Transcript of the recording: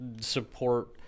support